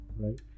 right